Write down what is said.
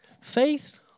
faith